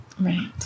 Right